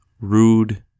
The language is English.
Rude